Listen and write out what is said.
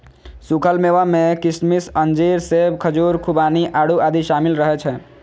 सूखल मेवा मे किशमिश, अंजीर, सेब, खजूर, खुबानी, आड़ू आदि शामिल रहै छै